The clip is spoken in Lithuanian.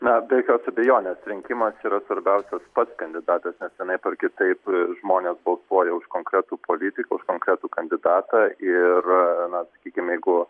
na be jokios abejonės rinkimuos yra svarbiausias pats kandidatas nes vienaip ar kitaip žmonės balsuoja už konkretų politiką už konkretų kandidatą ir na sakykim jeigu